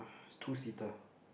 two seater